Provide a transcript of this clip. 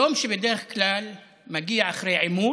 שלום שבדרך כלל מגיע אחרי עימות,